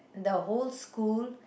the whole school